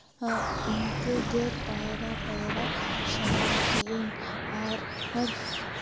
ᱤᱱᱠᱟᱹ ᱜᱮ ᱯᱟᱭᱨᱟ ᱯᱟᱭᱟ ᱥᱮᱬᱟ ᱠᱮᱜ ᱟᱹᱧ ᱟᱨ ᱟᱨ